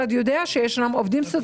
יש בו עודפים.